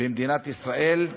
במדינת ישראל,